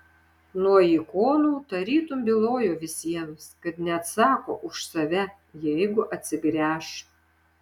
nuo ikonų tarytum bylojo visiems kad neatsako už save jeigu atsigręš